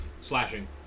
Slashing